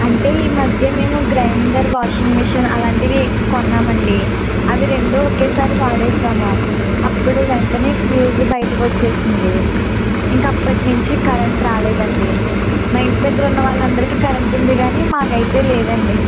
అంటే ఈమధ్య మేము గ్రైండర్ వాషింగ్ మిషన్ అలాంటివి కొన్నామండి అవి రెండూ ఒకేసారి వాడేశాము అప్పుడు వెంటనే ఫ్యుజ్ బయటికి వచ్చేసింది ఇంకా అప్పటినుంచి కరెంట్ రాలేదండి మాఇంటి దగ్గర ఉన్నవాళ్ళందరికీ కరెంట్ ఉంది కానీ మాకు అయితే లేదండి